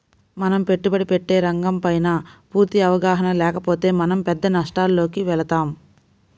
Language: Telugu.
మనం పెట్టుబడి పెట్టే రంగంపైన పూర్తి అవగాహన లేకపోతే మనం పెద్ద నష్టాలలోకి వెళతాం